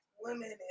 women